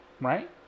right